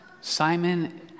Simon